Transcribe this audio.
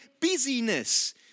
busyness